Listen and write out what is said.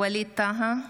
ווליד טאהא,